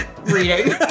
reading